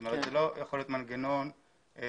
זאת אומרת לא יכול להיות מנגנון שהוא